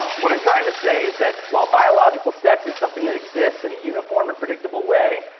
what i'm trying to say is that while biological sex is something that exists in a uniform and predictable way,